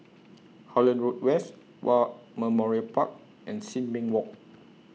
Holland Road West War Memorial Park and Sin Ming Walk